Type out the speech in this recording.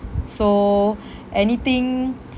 so anything